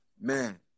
Man